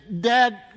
dad